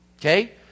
okay